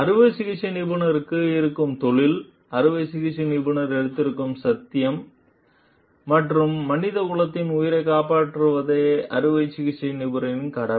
அறுவை சிகிச்சை நிபுணருக்கு இருக்கும் தொழில் அறுவை சிகிச்சை நிபுணர் எடுத்திருக்கும் சத்தியம் என்று மனித குலத்தின் உயிரைக் காப்பாற்றுவதே அறுவை சிகிச்சை நிபுணரின் கடமை